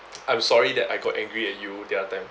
I'm sorry that I got angry at you the other time